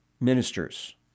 ministers